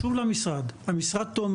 ולכן אנחנו מבצעים הרבה מאוד פעולות נוספות.